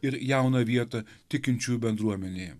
ir jauną vietą tikinčiųjų bendruomenėje